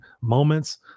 Moments